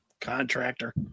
contractor